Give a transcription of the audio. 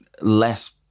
less